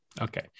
Okay